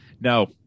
No